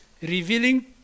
revealing